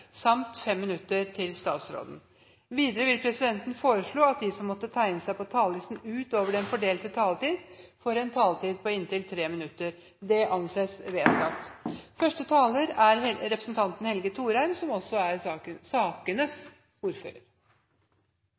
samt 5 minutter til statsråden. Videre vil presidenten foreslå at de som måtte tegne seg på talerlisten utover den fordelte taletid, får en taletid på inntil 3 minutter. – Det anses vedtatt.